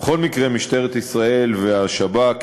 הצבעה אלקטרונית.